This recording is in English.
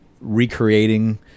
recreating